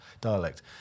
dialect